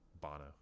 bono